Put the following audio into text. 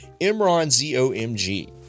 ImranZOMG